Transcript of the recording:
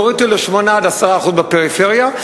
נוריד אותו ל-8% 10% בפריפריה,